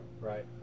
right